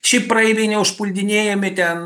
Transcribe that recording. šiaip praeiviai neužpuldinėjami ten